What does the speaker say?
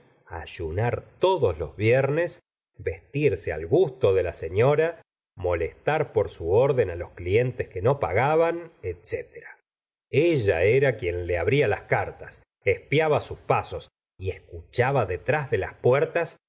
ayunar todos los viernes vestirse al gusto de la setiora molestar por su orden á los clientes que no pagaban etc ella era quien le abría las cartas espiaba sus pasos y escuchaba detrás de las puertas